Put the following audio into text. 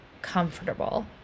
comfortable